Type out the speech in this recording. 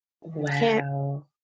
Wow